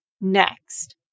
next